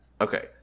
Okay